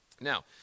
Now